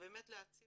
להציב